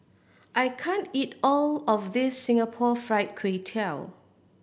I can't eat all of this Singapore Fried Kway Tiao